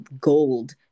gold